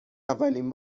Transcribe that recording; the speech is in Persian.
اولین